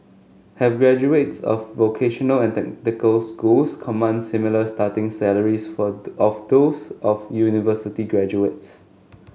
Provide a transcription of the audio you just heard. have graduates of vocational and technical schools command similar starting salaries for of those of university graduates